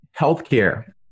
healthcare